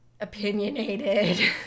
opinionated